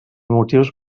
motius